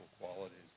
qualities